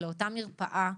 לאותה מרפאה,